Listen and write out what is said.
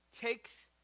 takes